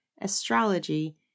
astrology